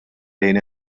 lejn